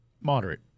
Moderate